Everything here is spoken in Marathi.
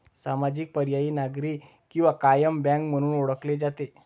सामाजिक, पर्यायी, नागरी किंवा कायम बँक म्हणून ओळखले जाते